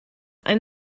ein